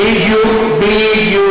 בדיוק.